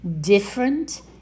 different